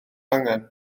angen